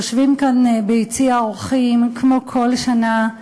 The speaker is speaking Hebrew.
יושבים כאן, ביציע האורחים, כמו כל שנה,